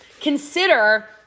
consider